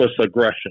aggression